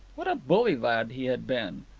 what a bully lad he had been!